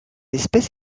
espèce